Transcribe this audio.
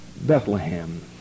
Bethlehem